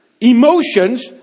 emotions